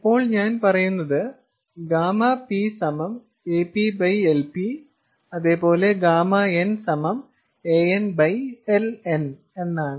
ഇപ്പോൾ ഞാൻ പറയുന്നത് 𝛾P APLP 𝛾N ANLN എന്നാണ്